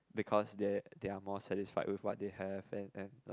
because they they are more satisfied with what they have and and like